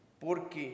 porque